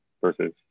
versus